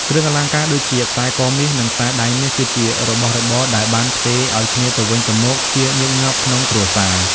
គ្រឿងអលង្ការដូចជា ខ្សែកមាស និង ខ្សែដៃមាស គឺជារបស់របរដែលបានផ្ទេរឲ្យគ្នាទៅវិញទៅមកជាញឹកញាប់ក្នុងគ្រួសារ។